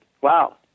wow